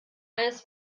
eines